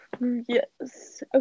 Yes